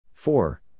Four